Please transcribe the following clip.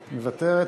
מוותרת.